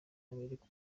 abereka